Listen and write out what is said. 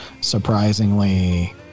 surprisingly